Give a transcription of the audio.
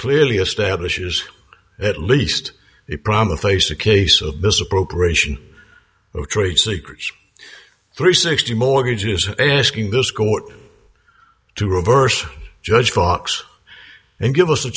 clearly establishes at least a promise face a case of misappropriation of trade secrets three sixty mortgages are asking this court to reverse judge fox and give us a